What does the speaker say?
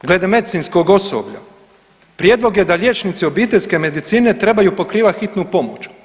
Glede medicinskog osoblja, prijedlog je da liječnici obiteljske medicine trebaju pokrivati hitnu pomoć.